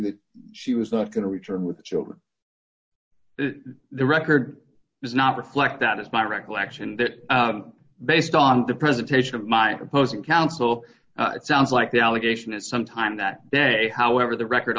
that she was not going to return with the children the record does not reflect that it's my recollection that based on the presentation of my opposing counsel it sounds like the allegation is sometime that day however the record